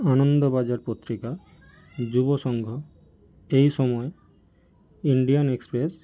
Anandabazar Patrika Jubasangha Ei Samay Indian express